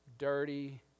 dirty